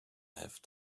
have